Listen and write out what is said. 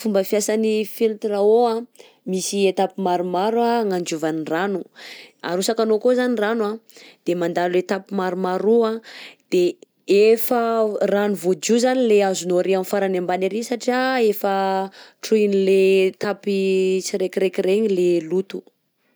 Fomba fiasan'ny filtre à eau misy étape maromaro agnadiovany rano, arotsakanao akao zany rano de mandalo étape maromaro an de efa rano vaodio zany le azonao arÿ amin'ny farany ambany arÿ satria efa trohin'ny le tapis tsirekireky regny le loto.